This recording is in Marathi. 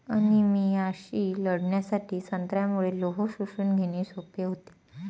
अनिमियाशी लढण्यासाठी संत्र्यामुळे लोह शोषून घेणे सोपे होते